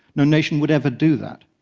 no nation would ever do that.